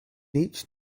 each